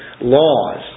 laws